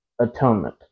atonement